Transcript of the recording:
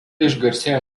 išgarsėjo